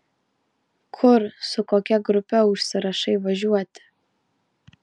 kur su kokia grupe užsirašai važiuoti